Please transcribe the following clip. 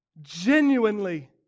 Genuinely